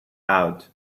out